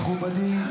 מכובדי,